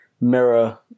mirror